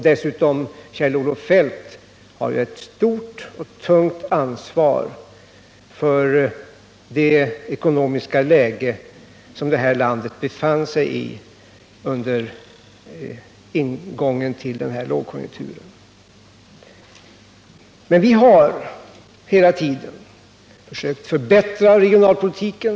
Dessutom har Kjell-Olof Feldt ett stort och tungt ansvar för det ekonomiska läge det här landet befann sig i vid ingången till den här lågkonjunkturen. Vi har hela tiden försökt förbättra regionalpolitiken.